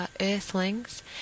earthlings